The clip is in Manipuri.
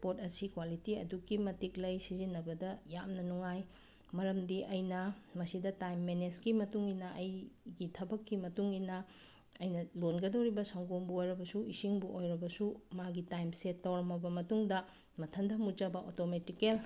ꯄꯣꯠ ꯑꯁꯤ ꯀ꯭ꯋꯥꯂꯤꯇꯤ ꯑꯗꯨꯛꯀꯤ ꯃꯇꯤꯛ ꯂꯩ ꯁꯤꯖꯤꯟꯅꯕꯗ ꯌꯥꯝꯅ ꯅꯨꯡꯉꯥꯏ ꯃꯔꯝꯗꯤ ꯑꯩꯅ ꯃꯁꯤꯗ ꯇꯥꯏꯝ ꯃꯦꯅꯦꯖꯀꯤ ꯃꯇꯨꯡ ꯏꯟꯅ ꯑꯩꯒꯤ ꯊꯕꯛꯀꯤ ꯃꯇꯨꯡ ꯏꯟꯅ ꯑꯩꯅ ꯂꯣꯟꯒꯗꯣꯔꯤꯕ ꯁꯪꯒꯣꯝꯕꯨ ꯑꯣꯏꯔꯕꯁꯨ ꯏꯁꯤꯡꯕꯨ ꯑꯣꯏꯔꯕꯁꯨ ꯃꯥꯒꯤ ꯇꯥꯏꯝ ꯁꯦꯠ ꯇꯧꯔꯝꯃꯕ ꯃꯇꯨꯡꯗ ꯃꯊꯟꯇ ꯃꯨꯠꯆꯕ ꯑꯣꯇꯣꯃꯦꯇꯤꯀꯦꯜ